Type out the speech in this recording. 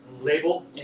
label